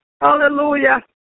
Hallelujah